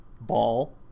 Ball